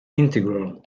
integral